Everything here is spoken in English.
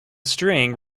string